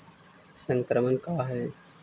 संक्रमण का है?